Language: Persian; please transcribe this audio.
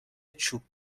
چوب